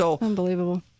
Unbelievable